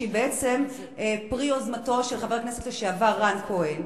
שהיא בעצם פרי יוזמתו של חבר הכנסת לשעבר רן כהן,